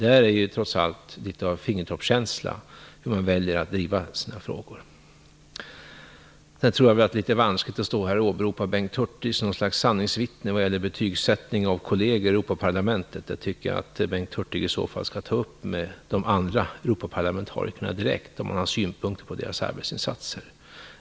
Det krävs trots allt litet av fingertoppskänsla när man väljer hur man skall driva sina frågor. Jag tror att det är litet vanskligt att stå här och åberopa Bengt Hurtig som något slags sanningsvittne vad gäller att betygsätta kolleger i Europaparlamentet. Jag tycker att Hurtig skall ta upp det med de andra Europaparlamentarikerna direkt, om han har synpunkter på deras arbetsinsatser.